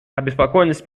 обеспокоенность